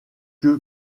que